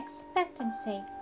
expectancy